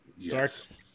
Starts